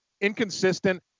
Inconsistent